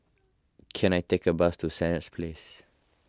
can I take a bus to Senett Place